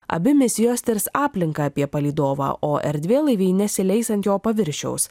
abi misijos tirs aplinką apie palydovą o erdvėlaiviai nesileis ant jo paviršiaus